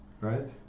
right